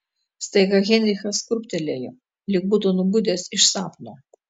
staiga heinrichas krūptelėjo lyg būtų nubudęs iš sapno